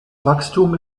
wachstum